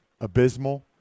abysmal